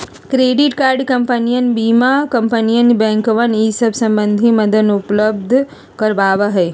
credit card कंपनियन बीमा कंपनियन बैंकवन ई सब संबंधी मदद उपलब्ध करवावा हई